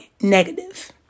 negative